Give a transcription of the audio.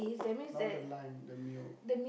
not the line the Mio